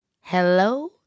Hello